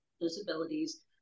disabilities